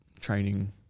training